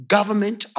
Government